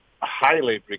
highly